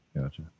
Gotcha